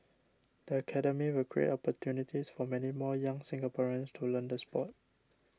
the Academy will create opportunities for many more young Singaporeans to learn the sport